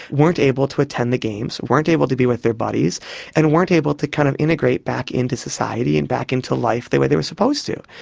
weren't able to attend the games, weren't able to be with their buddies and weren't able to kind of integrate back into society and back into life the way they were supposed to.